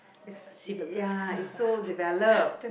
it's ya it's so developed